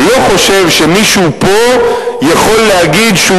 לא חושב שמישהו פה יכול להגיד שהוא